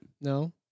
No